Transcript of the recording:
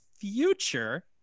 future